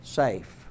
safe